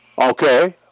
Okay